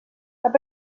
cap